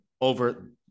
over